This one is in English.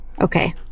Okay